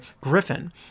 griffin